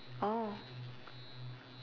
oh